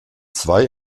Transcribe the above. zwei